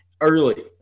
early